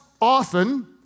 often